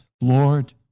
Lord